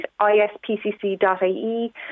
ispcc.ie